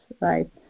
right